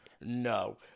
No